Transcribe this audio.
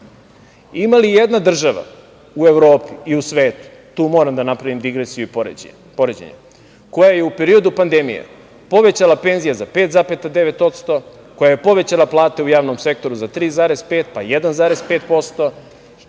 BDP.Ima li jedna država u Evropi i u svetu, tu moram da napravim digresiju i poređenje, koja je u periodu pandemije, povećala penzije za 5,9%, koja je povećala plate u javnom sektoru za 3,5%, pa 1,5%,